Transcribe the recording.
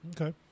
Okay